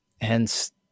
Hence